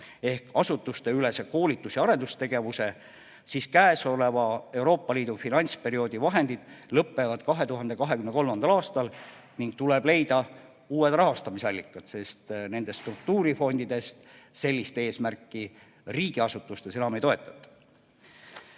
ehk asutusteülese koolitus- ja arendustegevuse kaudu, siis käesoleva Euroopa Liidu finantsperioodi vahendid lõpevad 2023. aastal ning tuleb leida uued rahastamisallikad, sest nendest struktuurifondidest sellist eesmärki riigiasutustes enam ei toetata.